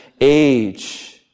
Age